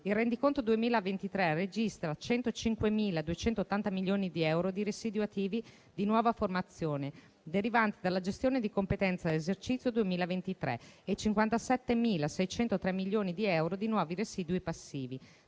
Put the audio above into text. Il rendiconto 2023 registra 105.280 milioni di euro di residui attivi di nuova formazione, derivanti dalla gestione di competenza dell'esercizio 2023, e 57.603 milioni di euro di nuovi residui passivi.